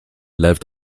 lived